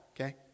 okay